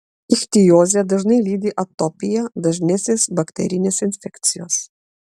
ichtiozę dažnai lydi atopija dažnesnės bakterinės infekcijos